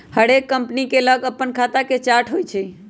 हरेक कंपनी के लग अप्पन खता के चार्ट होइ छइ